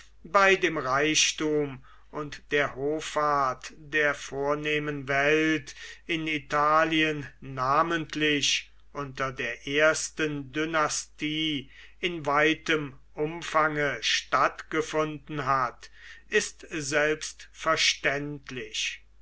bei dem reichtum und der hoffart der vornehmen welt in italien namentlich unter der ersten dynastie in weitem umfange stattgefunden hat ist selbstverständlich